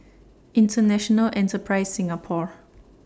International Enterprise Singapore